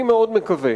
אני מאוד מקווה